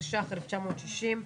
התש"ך-1960,